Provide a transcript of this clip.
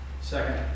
Second